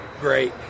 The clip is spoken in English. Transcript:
great